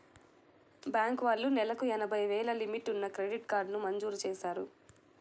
bank వాళ్ళు నెలకు ఎనభై వేలు లిమిట్ ఉన్న క్రెడిట్ కార్డుని మంజూరు చేశారు